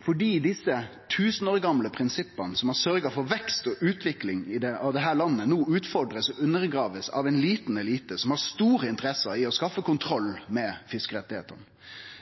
fordi desse 1 000 år gamle prinsippa, som har sørgt for vekst og utvikling i dette landet, no blir utfordra og undergravne av ein liten elite, som har store interesser av å skaffe seg kontroll med fiskerettane.